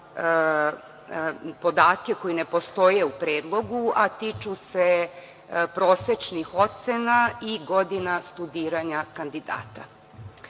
podatke koji ne postoje u predlogu, a tiču se prosečnih ocena i godina studiranja kandidata. Kada